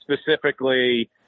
specifically